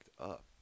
up